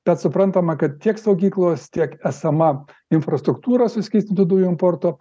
bet suprantama kad tiek saugyklos tiek esama infrastruktūra suskystintų dujų importo